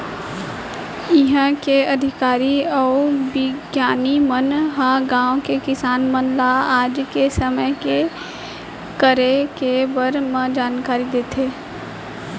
इहॉं के अधिकारी अउ बिग्यानिक मन ह गॉंव के किसान मन ल आज के समे के करे के बारे म जानकारी देथे